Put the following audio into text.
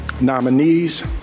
nominees